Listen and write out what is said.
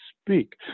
speak